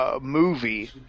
movie